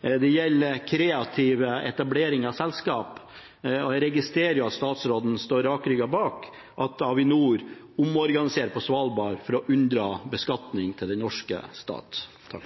Det gjelder kreativ etablering av selskap. Jeg registrerer at statsråden står rakrygget bak at Avinor omorganiserer på Svalbard for å unndra beskatning til den norske stat. Jeg vil